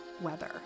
weather